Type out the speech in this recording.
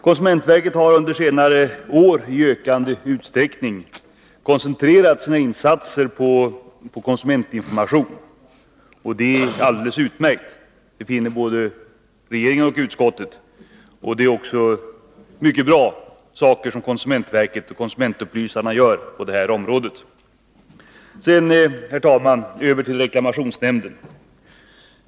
Konsumentverket har under senare år i ökande utsträckning koncentrerat sina insatser på konsumentinformation, och det är alldeles utmärkt — det finner både regeringen och utskottet. Det är också mycket bra saker som konsumentverket och konsumentupplysarna gör på det här området. Sedan, herr talman, övergår jag till att säga några ord om reklamationsnämnden.